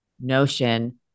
notion